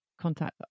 contact